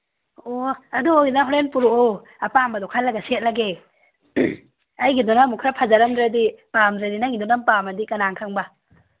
ꯑꯣ ꯑꯗꯨ ꯑꯣꯏꯔꯒ ꯍꯣꯔꯦꯟ ꯄꯨꯔꯛꯑꯣ ꯑꯄꯥꯝꯕꯗꯨ ꯈꯜꯂꯒ ꯁꯦꯠꯂꯒꯦ ꯑꯩꯒꯤꯗꯨꯅ ꯑꯃꯨꯛ ꯈꯔ ꯐꯖꯔꯝꯗ꯭ꯔꯗꯤ ꯄꯥꯝꯗ꯭ꯔꯗꯤ ꯅꯪꯒꯤꯗꯨꯅ ꯄꯥꯝꯃꯗꯤ ꯀꯅꯥꯅ ꯈꯪꯕ